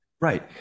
right